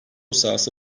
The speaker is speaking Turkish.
sahası